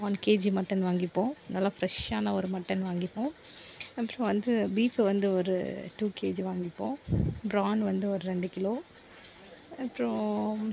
one KG mutton வாங்கிப்போம் நல்லா ஃப்ரெஷ்ஷான ஒரு மட்டன் வாங்கிப்போம் அப்புறம் வந்து பீஃபு வந்து ஒரு டூ கேஜி வாங்கிப்போம் ப்ரான் வந்து ஒரு ரெண்டு கிலோ அப்புறம்